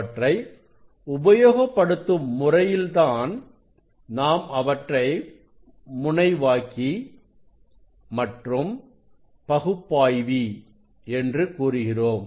அவற்றை உபயோகப்படுத்தும் முறையில் தான் நாம் அவற்றை முனைவாக்கி மற்றும் பகுப்பாய்வி என்று கூறுகிறோம்